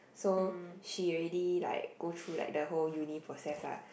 so she already like go through like the whole uni process ah